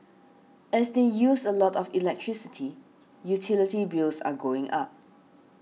as they use a lot of electricity utility bills are going up